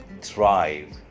thrive